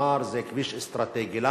ואמר: זה כביש אסטרטגי.